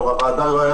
יו"ר הוועדה גם לא.